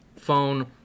phone